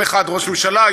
יום אחד ראש ממשלה,